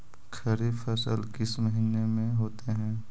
खरिफ फसल किस महीने में होते हैं?